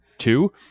two